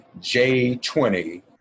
J20